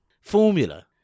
formula